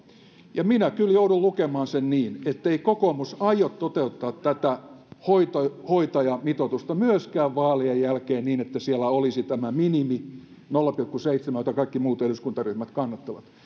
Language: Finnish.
ja minä kyllä joudun lukemaan sen niin ettei kokoomus aio toteuttaa tätä hoitajamitoitusta myöskään vaalien jälkeen niin että siellä olisi tämä minimi nolla pilkku seitsemän joita kaikki muut eduskuntaryhmät kannattavat